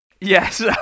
Yes